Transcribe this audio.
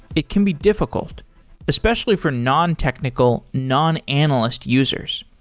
it can be difficult especially for nontechnical, non-analyst users.